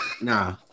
nah